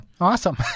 awesome